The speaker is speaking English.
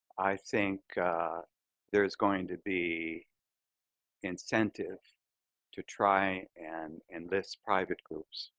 i think there's going to be incentive to try and and this private groups